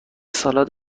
سالاد